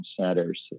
centers